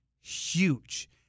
huge